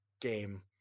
game